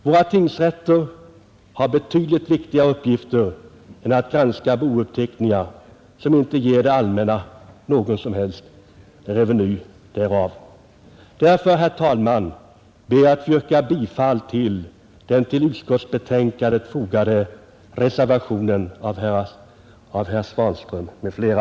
Våra tingsrätter har betydligt viktigare uppgifter än att granska bouppteckningar som inte ger det allmänna några som helst inkomster. Därför, herr talman, ber jag att få yrka bifall till den vid utskottets betänkande fogade reservationen av herr Svanström m.fl.